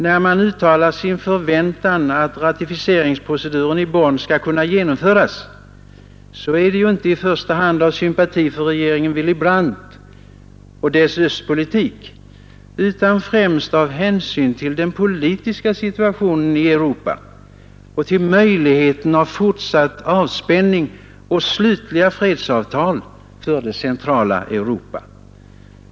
När man nu uttalar sin förväntan, att ratificeringsproceduren i Bonn skall kunna genomföras, är det ju inte i första hand av sympati för regeringen Willy Brandt och dess östpolitik utan främst av hänsyn till den politiska situationen i Europa och till möjligheten av fortsatt avspänning och slutliga fredsavtal för det centrala Europa.